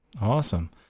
Awesome